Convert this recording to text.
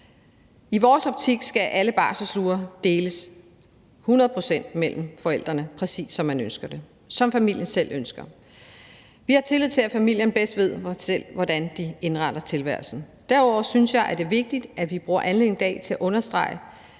I vores optik skal alle barselsuger deles hundrede procent mellem forældrene, præcis som familien selv ønsker. Vi har tillid til, at familierne bedst selv ved, hvordan de indretter tilværelsen. Derudover synes jeg, det er vigtigt, at vi bruger anledningen i dag til at understrege,